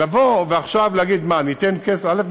לבוא ועכשיו להגיד, ניתן כסף, א.